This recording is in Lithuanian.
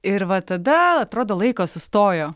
ir va tada atrodo laikas sustojo